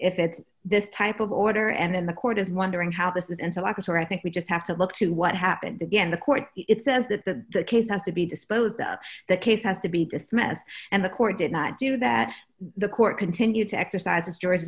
if it's this type of order and then the court is wondering how this is and so i guess where i think we just have to look to what happened again the court it says that the case has to be disposed of the case has to be dismissed and the court did not do that the court continued to exercise its